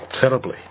terribly